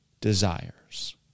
desires